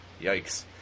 yikes